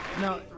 No